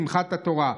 שמחת התורה.